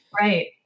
right